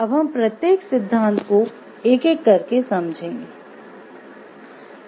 अब हम प्रत्येक सिद्धांत को एक एक करके समझेंगे